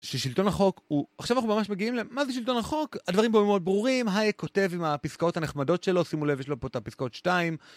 ששלטון החוק הוא, עכשיו אנחנו ממש מגיעים למה זה שלטון החוק, הדברים פה מאוד ברורים, היי כותב עם הפסקאות הנחמדות שלו, שימו לב יש לו פה את הפסקאות 2.